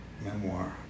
memoir